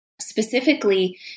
Specifically